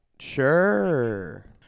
Sure